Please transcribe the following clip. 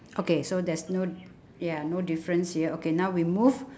okay so there's no yeah no difference here okay now we move